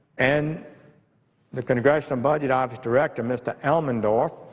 and the congressional budget office director, mr. elmendorf,